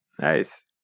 Nice